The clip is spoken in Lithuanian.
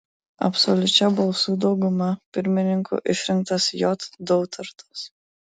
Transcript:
absoliučia balsų dauguma pirmininku išrinktas j dautartas